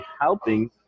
helping